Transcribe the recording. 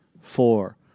four